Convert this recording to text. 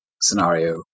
scenario